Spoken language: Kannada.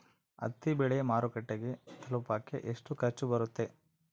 ಹತ್ತಿ ಬೆಳೆ ಮಾರುಕಟ್ಟೆಗೆ ತಲುಪಕೆ ಎಷ್ಟು ಖರ್ಚು ಬರುತ್ತೆ?